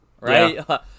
right